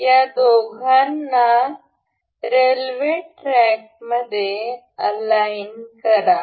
या दोघांना रेल्वे ट्रॅकमध्ये अलाइन करा